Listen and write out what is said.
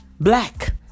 Black